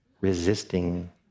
resisting